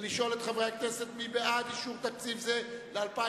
ולשאול את חברי הכנסת: מי בעד אישור סעיף תקציב זה ל-2010?